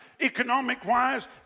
economic-wise